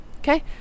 Okay